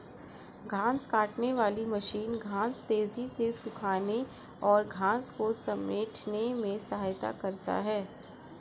घांस काटने वाली मशीन घांस तेज़ी से सूखाने और घांस को समेटने में सहायता करता है